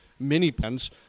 mini-pens